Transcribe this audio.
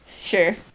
Sure